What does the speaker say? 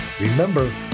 Remember